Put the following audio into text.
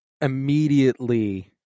immediately